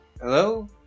Hello